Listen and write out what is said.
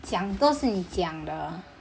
讲都是你讲的